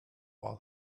while